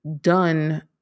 done